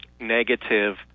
negative